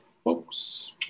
Folks